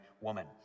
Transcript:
woman